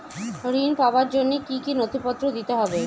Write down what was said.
ঋণ পাবার জন্য কি কী নথিপত্র দিতে হবে?